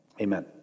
Amen